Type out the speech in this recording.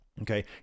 Okay